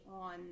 on